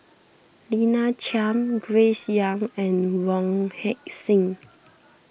Lina Chiam Grace Young and Wong Heck Sing